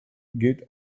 gilt